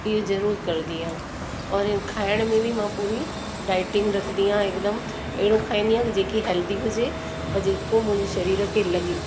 इहो ज़रूरु कंदी आहियां औरि खाइण में बि मां पूरी डाइटिंग रखंदी आहियां हिकदमु अहिड़ो खाईंदी आहियां जेकी हेल्दी हुजे औरि जेको मुंहिंजे शरीर खे लॻे